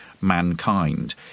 mankind